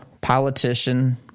politician